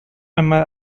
einmal